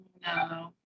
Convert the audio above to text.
No